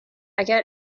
اگر